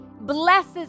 blesses